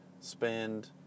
spend